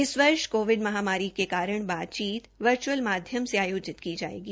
इस वर्ष कोविड महामारी के कारण बातचीत वर्च्अल माध्यम से आयोजित की जायेगी